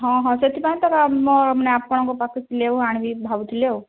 ହଁ ହଁ ସେଥିପାଇଁ ତ ଆପଣଙ୍କ ପାଖକୁ ସିଲେଇବାକୁ ଆଣିବି ଭାବୁଥିଲି ଆଉ